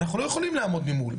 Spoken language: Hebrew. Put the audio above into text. אנחנו לא יכולים לעמוד ממול.